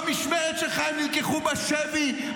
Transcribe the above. במשמרת שלך הם נלקחו בשבי,